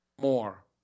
more